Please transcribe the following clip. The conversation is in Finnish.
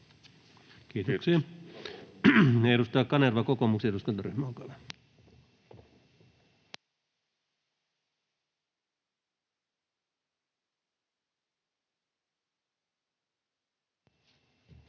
Kiitoksia. — Edustaja Kanerva, kokoomuksen eduskuntaryhmä,